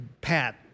Pat